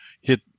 hit